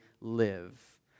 live